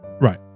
Right